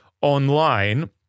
online